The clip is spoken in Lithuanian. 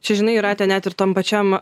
čia žinai jūrate net ir tam pačiam